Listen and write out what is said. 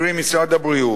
קרי משרד הבריאות.